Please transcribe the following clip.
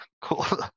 Cool